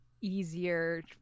easier